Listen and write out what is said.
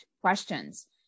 questions